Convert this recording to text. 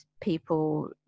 people